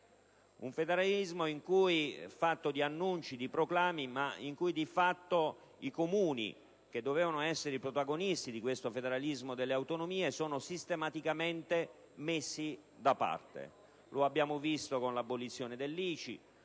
un federalismo di annunci e di proclami, in cui di fatto i Comuni, che dovevano essere i protagonisti del federalismo delle autonomie, sono sistematicamente messi da parte. Lo abbiamo visto con l'abolizione dell'ICI,